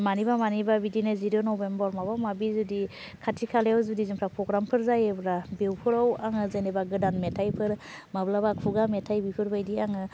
मानिबा मानिबा बिदिनो जिद' नबेम्बर माबा माबि जुदि खाथि खालायाव जुदि जोंफ्रा फग्रामफोर जायोब्रा बेवफोराव आङो जेनोबा गोदान मेथायफोर माब्लाबा खुगा मेथाय बेफोरबायदि आङो